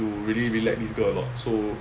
you really really like this girl a lot so